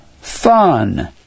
fun